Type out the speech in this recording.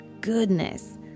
goodness